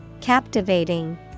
Captivating